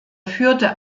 führte